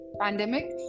pandemic